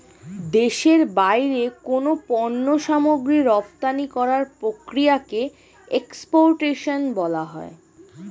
দেশের বাইরে কোনো পণ্য সামগ্রী রপ্তানি করার প্রক্রিয়াকে এক্সপোর্টেশন বলা হয়